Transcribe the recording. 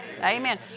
Amen